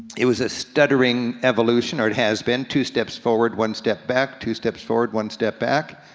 it was a stuttering evolution, or it has been, two steps forward, one step back, two steps forward, one step back.